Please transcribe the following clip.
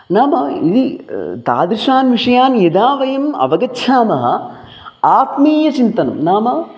नाम यदि तादृशान् विषयान् यदा वयम् अवगच्छामः आत्मीयचिन्तनं नाम